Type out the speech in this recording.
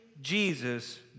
Jesus